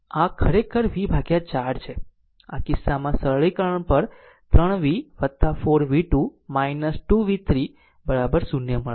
આમ આ કિસ્સામાં સરળીકરણ પર 3 v 4 v2 2 v3 0 મળશે